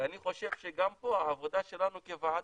ואני חושב שגם פה העבודה שלנו כוועדה,